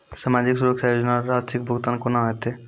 समाजिक सुरक्षा योजना राशिक भुगतान कूना हेतै?